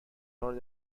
هارو